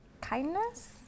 Kindness